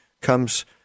comes